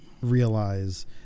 realize